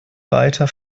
weiter